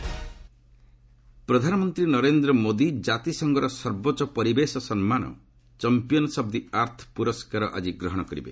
PM award ପ୍ରଧାନମନ୍ତ୍ରୀ ନରେନ୍ଦ୍ର ମୋଦି ଜାତିସଂଘର ସର୍ବୋଚ୍ଚ ପରିବେଶ ସମ୍ମାନ 'ଚମ୍ପିୟନ୍ ଅଫ୍ ଦି ଆର୍ଥ' ପୁରସ୍କାର ଆଜି ଗ୍ରହଣ କରିବେ